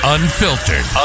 Unfiltered